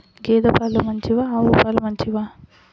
గేద పాలు మంచివా ఆవు పాలు మంచివా?